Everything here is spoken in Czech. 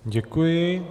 Děkuji.